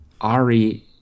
Ari